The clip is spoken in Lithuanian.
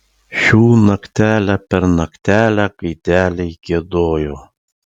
šių naktelę per naktelę gaideliai giedojo